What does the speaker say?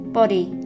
body